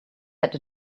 had